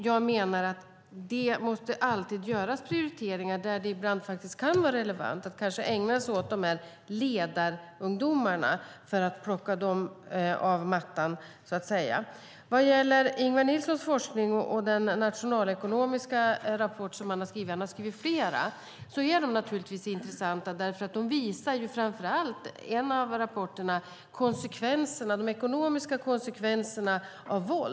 Jag menar att det alltid måste göras prioriteringar, och ibland kan det faktiskt vara relevant att ägna sig åt ledarungdomarna för att så att säga plocka dem av mattan. Ingvar Nilssons forskning och den nationalekonomiska rapport som han har skrivit - han har skrivit flera - är intressanta, framför allt eftersom de visar de ekonomiska konsekvenserna av våld.